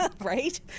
right